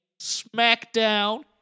SmackDown